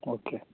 okay